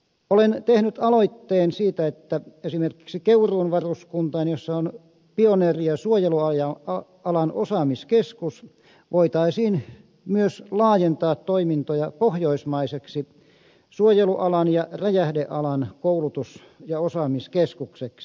olen tehnyt aloitteen siitä että esimerkiksi keuruun varuskuntaan jossa on pioneeri ja suojelualan osaamiskeskus voitaisiin myös laajentaa toimintoja pohjoismaiseksi suojelualan ja räjähdealan koulutus ja osaamiskeskukseksi